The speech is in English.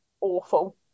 awful